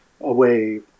away